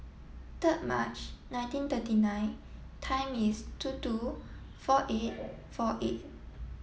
third March nineteen thirty nine time is two two four eight four eight